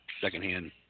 secondhand